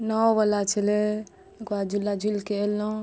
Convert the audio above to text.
नाव बला छलै ओकरा झुला झुलके अयलहुॅं